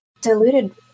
diluted